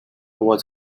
was